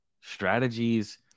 strategies